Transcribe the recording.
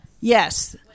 Yes